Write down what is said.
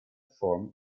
form